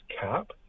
cap